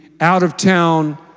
out-of-town